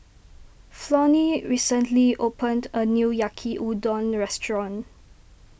Flonnie recently opened a new Yaki Udon restaurant